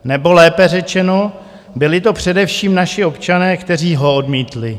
Nebo lépe řečeno, byli to především naši občané, kteří ho odmítli.